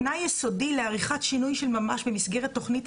תנאי יסודי לעריכת שינוי של ממש במסגרת תוכנית